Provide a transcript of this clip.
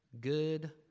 Good